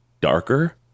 darker